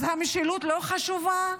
אז המשילות לא חשובה?